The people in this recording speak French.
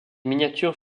miniatures